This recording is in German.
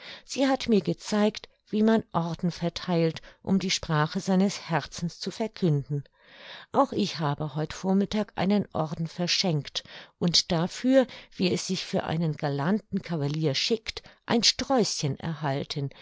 sie hat mir gezeigt wie man orden vertheilt um die sprache seines herzens zu verkünden auch ich habe heut vormittag einen orden verschenkt und dafür wie es sich für einen galanten kavalier schickt ein sträußchen erhalten